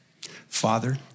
Father